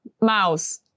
Mouse